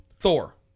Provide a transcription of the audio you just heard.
Thor